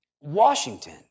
Washington